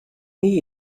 nie